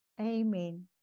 Amen